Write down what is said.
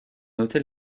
noté